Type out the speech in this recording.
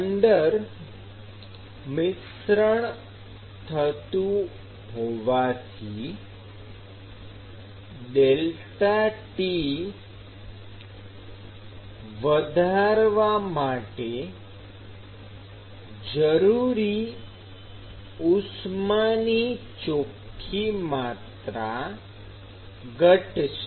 અંદર મિશ્રણ થતું હોવાથી ΔT વધારવા માટે જરૂરી ઉષ્માની ચોખ્ખી માત્રા ઘટશે